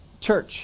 church